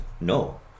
No